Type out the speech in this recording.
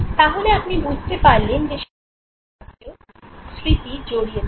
তাহলে আপনি বুঝতে পারলেন যে স্বাদের সাথেও স্মৃতি জড়িয়ে থাকে